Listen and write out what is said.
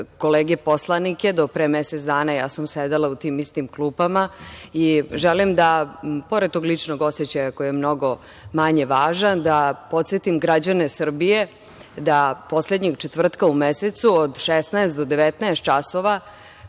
kolege poslanike. Do pre mesec dana ja sam sedela u tim istim klupama i želim da pored tog ličnog osećaja koji je mnogo manje važan da podsetim građane Srbije da poslednjeg četvrtka u mesecu od 16 do 19 časova